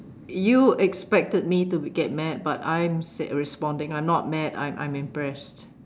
you expected me to be get mad but I'm responding I'm not mad I'm I'm impressed